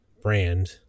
brand